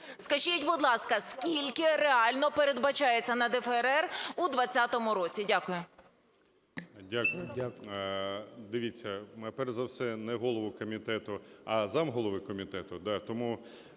Скажіть, будь ласка, скільки реально передбачається на ДФРР у 2020 році. Дякую. 13:27:56 ТРУХІН О.М. Дякую. Дивіться, перш за все, не голову комітету, а замголови комітету,